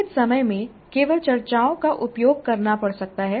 सीमित समय में केवल चर्चाओं का उपयोग करना पड़ सकता है